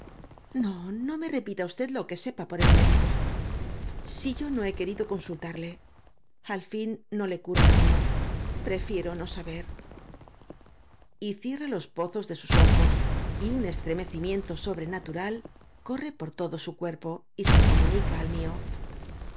no no me repita usted lo que sepa por el médico si y o no he querido consultarle al fin no le curan á uno prefiero no saber y cierra los pozos de sus ojos y un estremecimiento sobrenatural corre por todo su cuerpo y se comunica al mío